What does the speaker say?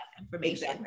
information